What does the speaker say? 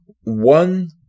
one